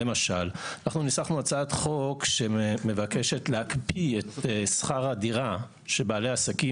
למשל אנחנו ניסחנו הצעת חוק שמבקשת להקפיא את שכר הדירה שבעלי העסקים